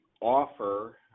offer